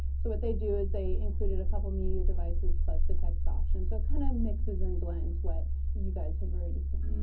so what they do is they've included a couple media devices plus the text option, so it kind of mixes and blends what you guys have already seen.